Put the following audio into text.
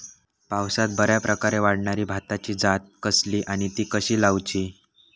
पावसात बऱ्याप्रकारे वाढणारी भाताची जात कसली आणि ती कशी लाऊची?